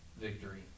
victory